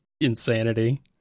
insanity